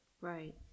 Right